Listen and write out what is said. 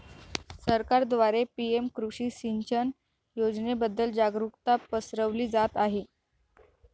सरकारद्वारे पी.एम कृषी सिंचन योजनेबद्दल जागरुकता पसरवली जात आहे